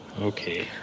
Okay